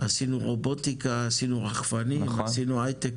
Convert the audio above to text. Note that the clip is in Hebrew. עשינו רובוטיקה עשינו רחפנים, עשינו הייטק.